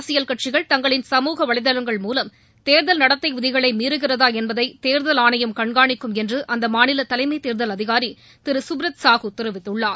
அரசியல் கட்சிகள் தங்களின் சமூக வலைதளங்கள் மூலம் தேர்தல் நடத்தை விதிகளை மீறுகிறதா என்பதை தேர்தல் ஆணையம் கண்காணிக்கும் என்று அந்த மாநில தலைமை தேர்தல் அதிகாரி திரு சுப்ரத் சாஹுதெரிவித்துள்ளார்